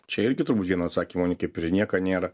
čia irgi turbūt vieno atsakymo kaip ir į nieką nėra